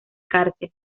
cárcel